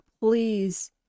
please